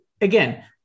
again